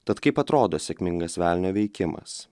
tad kaip atrodo sėkmingas velnio veikimas